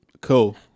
Cool